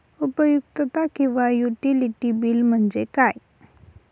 उपयुक्तता किंवा utility bill म्हणजे काय?